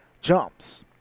jumps